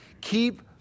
Keep